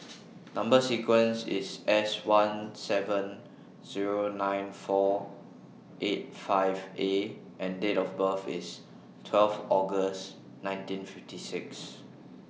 Number sequence IS S one seven Zero nine four eight five A and Date of birth IS twelve August nineteen fifty six